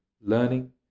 learning